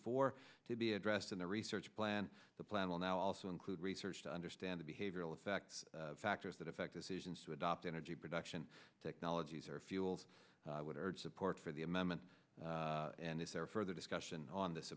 four to be addressed in the research plan the plan will now also include research to understand the behavioral effects factors that affect decisions to adopt energy production technologies or fuels would urge support for the amendment and if there are further discussion on this